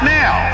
now